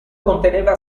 conteneva